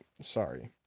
Sorry